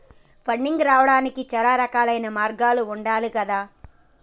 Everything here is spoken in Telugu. ఫండింగ్ రావడానికి చాలా రకాలైన మార్గాలు ఉండాలి గదా